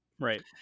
Right